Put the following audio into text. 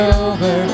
over